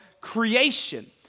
creation